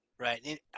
Right